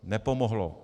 Nepomohlo!